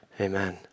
amen